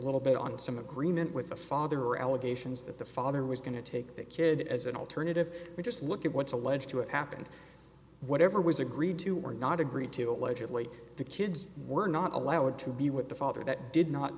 little bit on some agreement with the father allegations that the father was going to take the kid as an alternative or just look at what's alleged to have happened whatever was agreed to or not agreed to allegedly the kids were not allowed to be with the father that did not